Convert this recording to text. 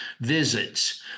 visits